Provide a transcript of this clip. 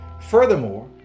furthermore